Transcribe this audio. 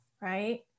right